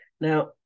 now